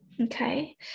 Okay